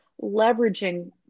leveraging